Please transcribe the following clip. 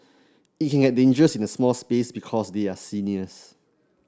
it can get dangerous in a small space because they are seniors